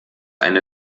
eine